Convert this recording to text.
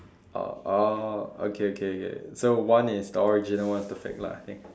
oh okay okay okay so one is the original one is the fake lah I think